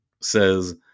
says